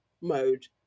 mode